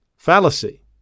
Fallacy